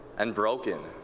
and broken.